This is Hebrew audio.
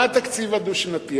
מה התקציב הדו-שנתי?